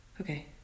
okay